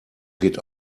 geht